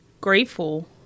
grateful